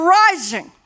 rising